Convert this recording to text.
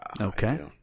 okay